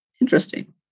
Interesting